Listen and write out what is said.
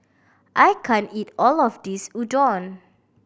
I can't eat all of this Udon